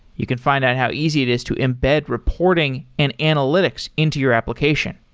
you can find out how easy it is to embed reporting and analytics into your application.